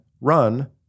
run